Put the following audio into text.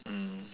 mm